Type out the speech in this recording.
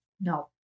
No